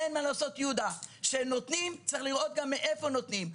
אין מה לעשות כשנותנים צריך גם לראות מאיפה נותנים.